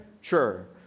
Sure